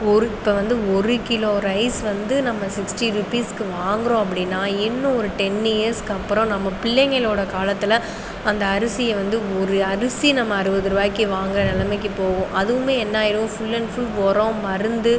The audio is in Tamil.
ஒரு இப்போது வந்து ஒரு கிலோ ரைஸ் வந்து நம்ம சிக்ஸ்ட்டி ரூபீஸ்க்கு வாங்கிறோம் அப்படின்னா இன்னும் ஒரு டென் இயர்ஸ்க்கு அப்புறம் நம்ம பிள்ளைங்களோடய காலத்தில் அந்த அரிசியை வந்து ஒரு அரிசி நம்ம அறுபவது ரூபாயிக்கு வாங்கிற நிலைமைக்கு போகும் அதுவுமே என்ன ஆயிடும் ஃபுல்லன் ஃபுல் உரம் மருந்து